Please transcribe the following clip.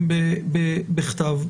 בכתב.